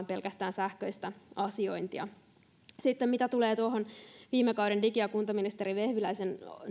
pelkästään sähköistä asiointia sitten tuosta viime kauden digi ja kuntaministeri vehviläisen